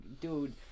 dude